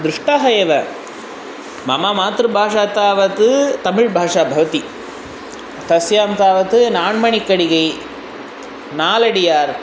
दृष्टः एव मम मातृभाषा तावत् तमिल्भाषा भवति तस्यां तावत् नाण्मणि कडिगै नालडियार्